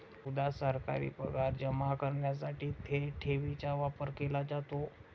उदा.सरकारी पगार जमा करण्यासाठी थेट ठेवीचा वापर केला जातो